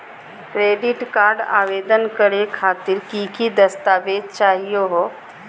Credit card आवेदन करे खातिर की की दस्तावेज चाहीयो हो?